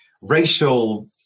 racial